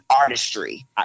artistry